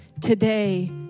today